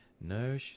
No